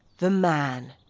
the man.